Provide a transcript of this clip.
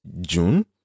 June